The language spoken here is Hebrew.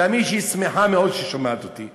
תאמיני לי שהיא שמחה מאוד כשהיא שומעת אותי.